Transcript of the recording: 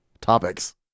topics